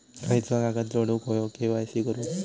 खयचो कागद जोडुक होयो के.वाय.सी करूक?